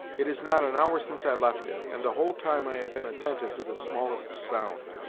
it is not an hour since i left it, and the whole time i have been attentive to the smallest sound.